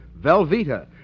Velveeta